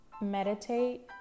Meditate